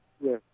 Yes